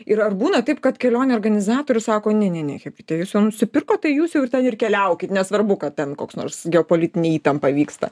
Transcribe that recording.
ir ar būna taip kad kelionių organizatorius sako ne ne ne chebryte jūs jau nusipirkot tai jūs jau ten ir keliaukit nesvarbu kad ten koks nors geopolitinė įtampa vyksta